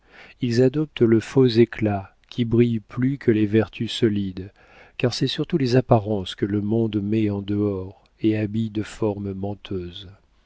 ils adoptent le faux éclat qui brille plus que les vertus solides car c'est surtout les apparences que le monde met en dehors et habille de formes menteuses